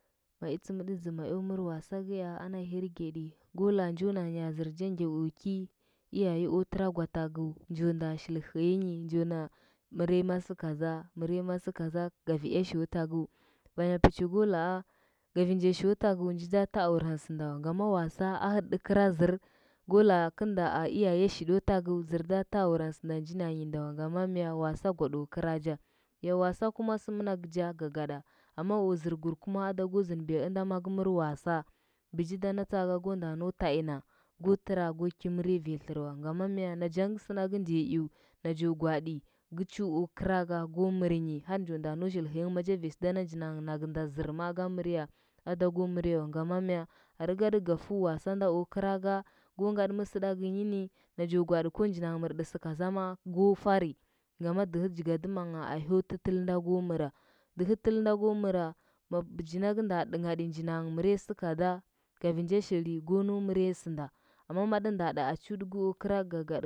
Ma i tsɚmɗɚ dza ma eo mɚr wasa kɚza ana hirgedi. Go njo nayan zɚr ja ngya vo ki waye o tɚra gwataku njo nda shil hɚyanyi njo na mɚrima sɚ kaza, mɚri ma sɚ kaza gavi ea sho tagɚu vanya pɚchi ko laa gavi nja sho tagu nji da ta wurandɚ sɚnda wa, ngama wasa a hɚɗɗi kɚra zɚr, go laa gɚmda a iyaye shito tagɚu zɚr da ta wurandɚ sɚnda nja narinyi nda wa ngama mya wasa gwaɗo kɚracha yo wasa kuma sɚ mɚnagɚ cho gagaɗa amma o zɚrkur kuma ado go zɚndɚbiya ɚnda magɚ mɚr wasa bijida na ko nda nau tainda ko tɚra go ki mɚrya vanya tlɚr wa ngama mya najang sɚnda gɚ ndiya i, najo gwaaɗi gɚ chu o graga ko mɚrnyi har njo nda nau shil hɚyangha maja vanya sɚnda ji narngh nagɚ zɚr ma ga mɚrya ada go mɚrya wa ngama mya rigo ɗɚgɚ gatu wasando gɚraga, go ngadɚ mɚsɚɗɚgɚnghɚ ni najo gwaati o nji na mɚrdɚ sɚ kaza go farni ngama dɚhɚ jigadɚmangha a hyo tɚtɚl nda go mɚra dɚhɚ tɚl nda go mɚra ba bii nda ga nda ɚnghati ji na mɚrya sɚ kada kafin nja shili go nau mɚrya sɚnda amma matɚ nda ɗa a chu ɗɚko kɚrakɚ gagoda.